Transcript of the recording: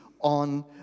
on